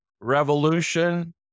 revolution